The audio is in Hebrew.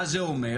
מה זה אומר?